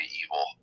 evil